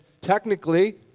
technically